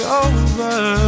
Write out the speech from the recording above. over